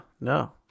No